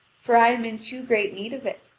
for i am in too great need of it.